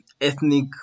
ethnic